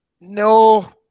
No